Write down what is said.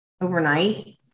overnight